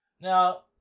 Now